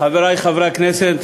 חברי חברי הכנסת,